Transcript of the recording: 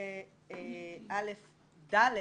12א(1)(ד)